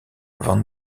van